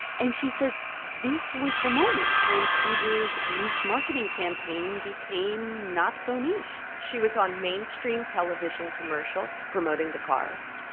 and she says this was the moment when subaru's niche marketing campaign became not so niche she was on mainstream television commercials promoting the cars.